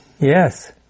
Yes